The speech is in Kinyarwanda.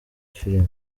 filime